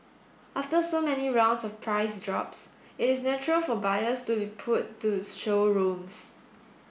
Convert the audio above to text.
after so many rounds of price drops it is natural for buyers to be pulled to showrooms